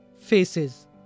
faces